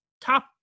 top